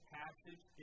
passage